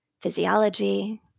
physiology